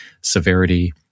severity